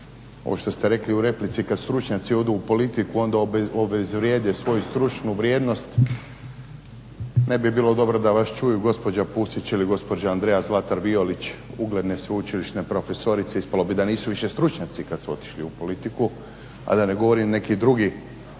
Ovo što ste rekli u replici kada stručnjaci odu u politiku onda obezvrijede svoju stručnu vrijednost, ne bi bilo dobro da vas čuju gospođa Pusić ili gospođa Andrea Zlatar Violić ugledne sveučilišne profesorice, ispalo bi da više nisu stručnjaci kada su otišli u politiku a da ne govorim neki drugi